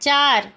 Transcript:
চার